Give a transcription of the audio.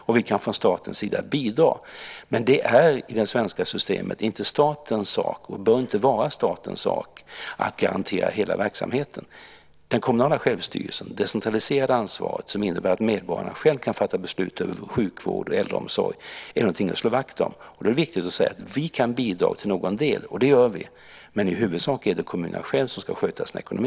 Och vi kan från statens sida bidra. Men det är i det svenska systemet inte statens sak, och bör inte vara statens sak, att garantera hela verksamheten. Den kommunala självstyrelsen, det decentraliserade ansvaret, som innebär att medborgarna själva kan fatta beslut om sjukvård och äldreomsorg, är någonting att slå vakt om. Då är det viktigt att säga att vi kan bidra till någon del. Och det gör vi. Men i huvudsak är det kommunerna själva som ska sköta sin ekonomi.